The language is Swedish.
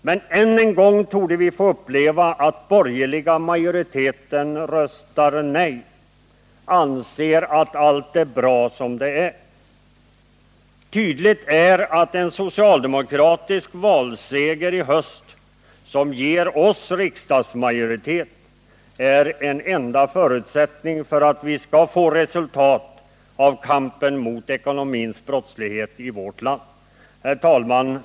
Men än en gång torde vi få uppleva att den borgerliga majoriteten röstar nej, att den anser att allt är bra som det är. Tydligt är att en socialdemokratisk valseger i höst som ger oss riksdagsmajoritet är en förutsättning för att vi skall få resultat av kampen mot den ekonomiska brottsligheten i vårt land. Herr talman!